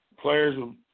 players